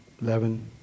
eleven